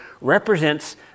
represents